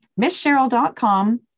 misscheryl.com